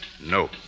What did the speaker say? No